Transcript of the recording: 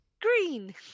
green